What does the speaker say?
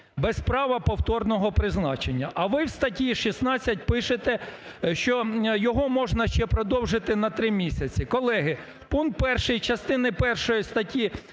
без права повторного призначення. А ви в статті 16 пишете, що його можна ще продовжити на 3 місяці. Колеги, пункт 1 частини першої статті